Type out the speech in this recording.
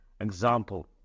Example